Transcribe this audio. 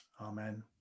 amen